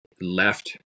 left